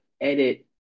edit